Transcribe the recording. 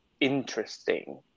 interesting